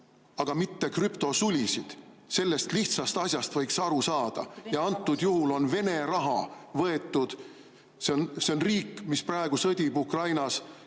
mitte krüptosulisid. Sellest lihtsast asjast võiks aru saada. Ja antud juhul on Vene raha võetud. See on riik, mis praegu sõdib Ukrainas.